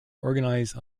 organized